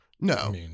No